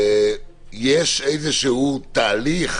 יש איזשהו תהליך,